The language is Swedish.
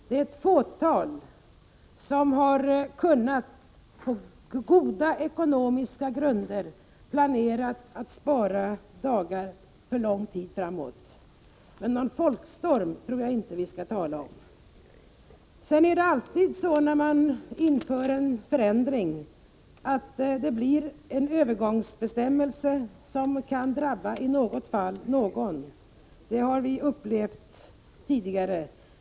Det är ett fåtal som, på goda ekonomiska grunder, har kunnat planera att spara dagar för lång tid framåt. Någon folkstorm tror jag inte vi skall tala om. Det är alltid så när man inför en förändring, att övergångsbestämmelserna i något fall kan drabba någon. Det har vi upplevt tidigare.